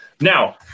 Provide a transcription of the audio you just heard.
Now